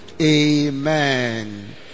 Amen